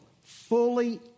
fully